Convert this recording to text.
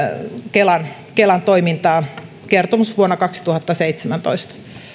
kelan kelan toimintaa kertomusvuonna kaksituhattaseitsemäntoista